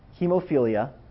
hemophilia